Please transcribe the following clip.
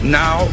now